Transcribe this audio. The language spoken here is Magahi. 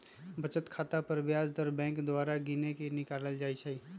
बचत खता पर ब्याज दर बैंक द्वारा गिनके निकालल जाइ छइ